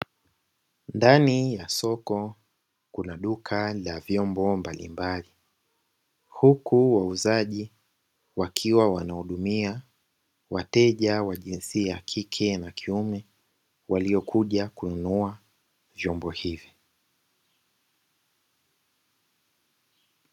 Ndani ya soko kuna duka la vyombo mbalimbali, huku wauzaji wakiwa wanawahudumia wateja wa jinsia ya kike na kiume waliokuja kununua vyombo hivi.